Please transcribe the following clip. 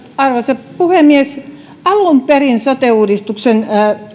arvoisa puhemies alun perin sote uudistuksen